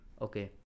Okay